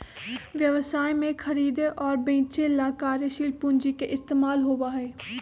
व्यवसाय में खरीदे और बेंचे ला कार्यशील पूंजी के इस्तेमाल होबा हई